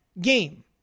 game